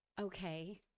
Okay